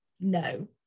No